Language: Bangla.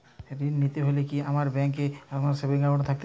ঋণ নিতে হলে কি আপনার ব্যাংক এ আমার অ্যাকাউন্ট থাকতে হবে?